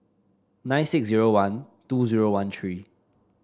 nine six zero one two zero one three